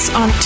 on